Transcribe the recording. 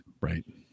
right